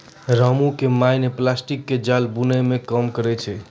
रामू के माय नॅ प्लास्टिक के जाल बूनै के काम करै छै